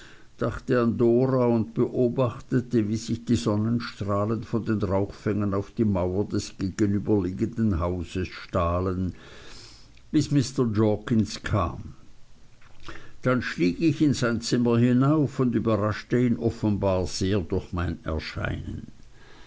dachte an dora und beobachtete wie sich die sonnenstrahlen von den rauchfängen auf die mauer des gegenüberliegenden hauses stahlen bis mr jorkins kam dann stieg ich in sein zimmer hinauf und überraschte ihn offenbar sehr durch mein erscheinen